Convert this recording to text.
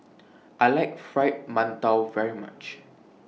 I like Fried mantou very much